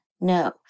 No